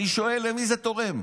אני שואל למי זה תורם,